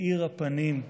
מאיר הפנים.